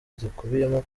zikubiyemo